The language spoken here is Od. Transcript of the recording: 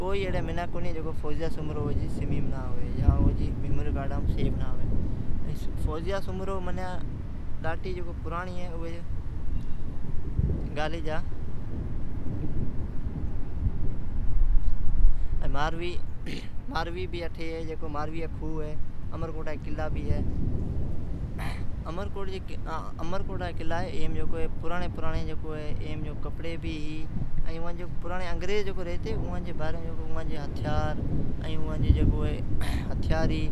کوئی اھڑی منکھ کونی جکو فوزیہ سومرو جکو ایجی سمیم یا اوجی میمری کارڈام سیو نا ھوی۔ ایں فوزیا سومرو معنی ڈاڈھی جکو پرانڑی گالی جا۔ ماروی بی اٹھی ھی۔ ماروی جا کھوہ ھی۔ امرکوٹا جا قلا بھی ہے۔ امرکوٹا جا قلا ایم جکو ھی، ایم جکو کپڑی بھی ھی۔ ایں پرانڑی انگریز جکو ریتی، ائان جی ہتھیار ھی،